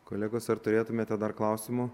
kolegos ar turėtumėte dar klausimų